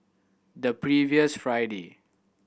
the previous Friday